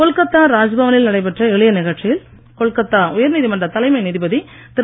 கொல்கத்தா ராஜ்பவனில் நடைபெற்ற எளிய நிகழ்ச்சியில் கொல்கத்தா உயர்நீதிமன்ற தலைமை நீதிபதி திரு